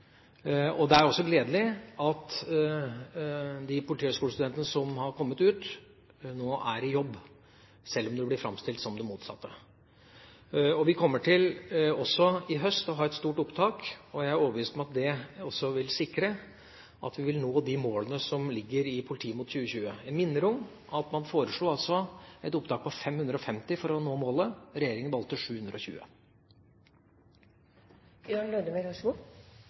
Det er også gledelig at de politihøyskolestudentene som har kommet ut, nå er i jobb, sjøl om det blir framstilt som om det motsatte er tilfellet. Vi kommer også i høst til å ha et stort opptak. Jeg er overbevist om at det også vil sikre at vi vil nå de målene som ligger i Politiet mot 2020. Jeg minner om at man altså foreslo et opptak på 550 studenter for å nå målet. Regjeringa valgte